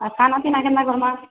ଆଉ ଖାନାପିନା କେନ୍ତା କର୍ମା